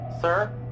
Sir